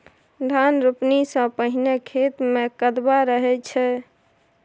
धान रोपणी सँ पहिने खेत मे कदबा रहै छै